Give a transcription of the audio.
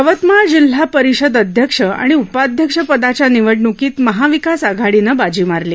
यवतमाळ जिल्हा परिषद अध्यक्ष आणि उपाध्यक्षपदाच्या निवडणुकीत महाविकास आघाडीनं बाजी मारली